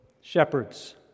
shepherds